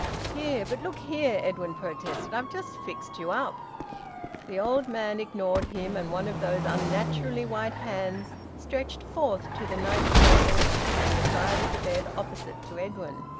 here! but look here! edwin protested. i've just fixed you up the old man ignored him, and one of those unnaturally white hands stretched forth to the night-table, which was on the side of the bed opposite to edwin.